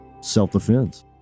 self-defense